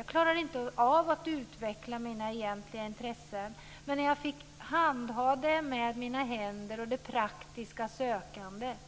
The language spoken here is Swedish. Jag klarade inte av att utveckla mina egentliga intressen men när jag fick handha saker med mina händer och det praktiska sökandet